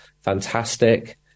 fantastic